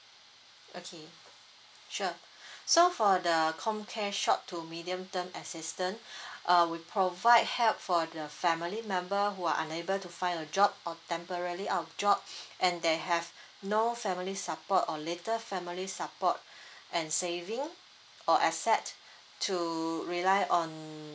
okay sure so for the comcare short to medium term assistance uh we provide help for the family member who are unable to find a job or temporary out of job and they have no family support or little family support and saving or asset to rely on